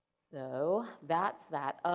so, that's that.